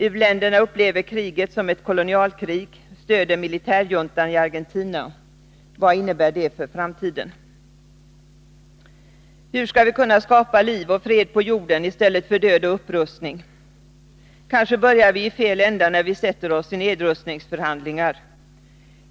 U-länderna upplever kriget som ett kolonialkrig och stöder militärjuntan i Argentina. Vad innebär det för framtiden? Hur skall vi kunna skapa liv och fred på jorden i stället för död och upprustning? Kanske börjar vi i fel ände när vi sätter oss i nedrustningsförhandlingar.